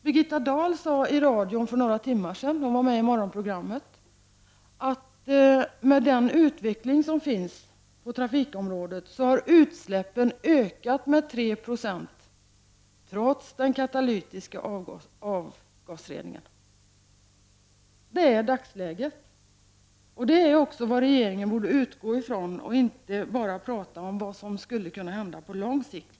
Birgitta Dahl sade i radion för några timmar sedan — hon var med i morgonprogrammet — att med den utveckling som sker på trafikområdet har utsläppen ökat med 3 46 trots den katalytiska avgasreningen. Det är dagsläget, och det är vad regeringen borde utgå ifrån och inte bara prata om vad som skulle kunna hända på lång sikt.